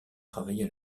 travailler